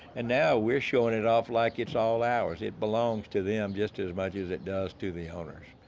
and now, we're showing it off like it's all ours. it belongs to them just as much as it does to the owners.